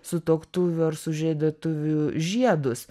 sutuoktuvių ar sužadėtuvių žiedus